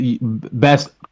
Best